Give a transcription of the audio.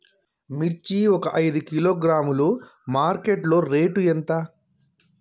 మిర్చి ఒక ఐదు కిలోగ్రాముల మార్కెట్ లో రేటు ఎంత?